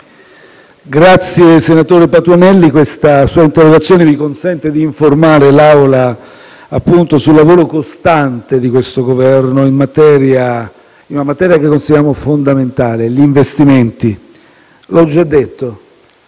la ringrazio perché questa sua interrogazione mi consente di informare l'Assemblea sul lavoro costante di questo Governo in una materia che consideriamo fondamentale: gli investimenti. L'ho già detto: